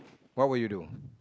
what would you do